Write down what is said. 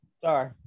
Sorry